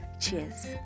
Cheers